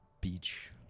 Beach